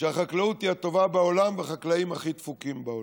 שהחקלאות היא הטובה בעולם והחקלאים הכי דפוקים בעולם.